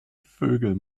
vögel